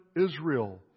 Israel